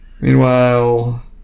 Meanwhile